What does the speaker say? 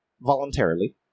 voluntarily